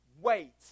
wait